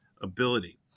ability